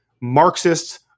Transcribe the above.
Marxists